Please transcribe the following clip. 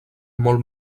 molt